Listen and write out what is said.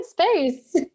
space